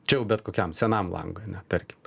čia jau bet kokiam senam langui ane tarkim